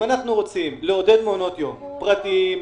אם אנחנו רוצים לעודד מעונות יום פרטיים,